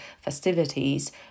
festivities